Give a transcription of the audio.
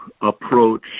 approach